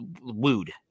wooed